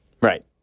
Right